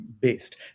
based